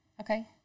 okay